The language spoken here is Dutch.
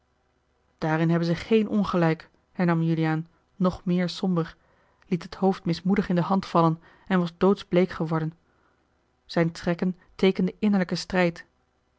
daarin hebben ze geen ongelijk hernam juliaan nog meer somber liet het hoofd mismoedig in de hand vallen en was doodsbleek geworden zijne trekken teekenden innerlijken strijd